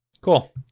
cool